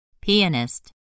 Pianist